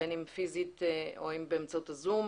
בין אם פיזית או אם באמצעות הזום.